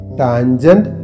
tangent